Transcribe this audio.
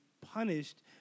punished